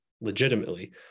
legitimately